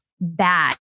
bad